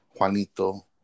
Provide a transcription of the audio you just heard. Juanito